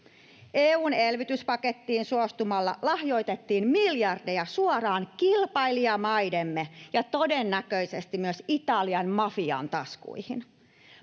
EU:n elvytyspakettiin suostumalla lahjoitettiin miljardeja suoraan kilpailijamaidemme ja todennäköisesti myös Italian mafian taskuihin.